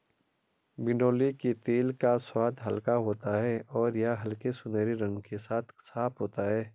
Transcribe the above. बिनौले के तेल का स्वाद हल्का होता है और यह हल्के सुनहरे रंग के साथ साफ होता है